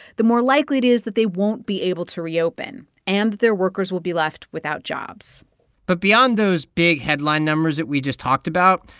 the more likely it is that they won't be able to reopen, and their workers will be left without jobs but beyond those big headline numbers that we just talked about,